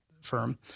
firm